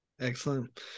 Excellent